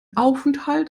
aufenthalt